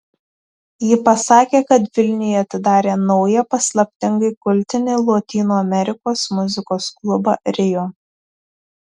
ji pasakė kad vilniuje atidarė naują paslaptingai kultinį lotynų amerikos muzikos klubą rio